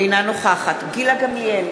אינה נוכחת גילה גמליאל,